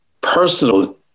personal